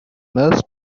nurse